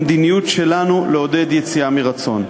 המדיניות שלנו היא לעודד יציאה מרצון.